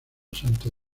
santo